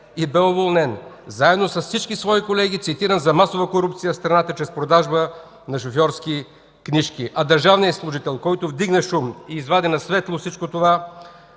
и бе уволнен заедно с всички свои колеги, цитирам: за масова корупция в страната чрез продажба на шофьорски книжки. А държавният служител, който вдигна шум и извади на светло всичко това